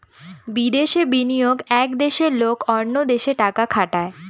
বিদেশে বিনিয়োগ এক দেশের লোক অন্য দেশে টাকা খাটায়